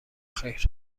خیر